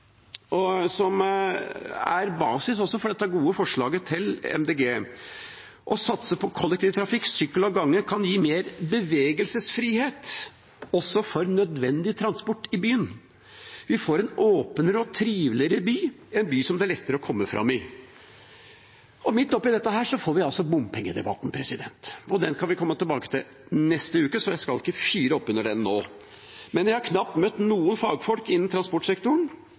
og som er basis også for dette gode forslaget til Miljøpartiet De Grønne. Å satse på kollektivtrafikk, sykkel og gange kan gi mer bevegelsesfrihet, også for nødvendig transport i byen. Vi får en åpnere og triveligere by, en by som det er lettere å komme fram i. Midt opp i dette får vi altså bompengedebatten, og den skal vi komme tilbake til i neste uke, så jeg skal ikke fyre opp under den nå. Men jeg har knapt møtt noen fagfolk i transportsektoren og innen